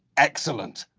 excellent.